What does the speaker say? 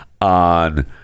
on